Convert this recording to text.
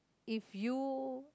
if you